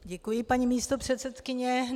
Děkuji, paní místopředsedkyně.